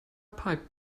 pipe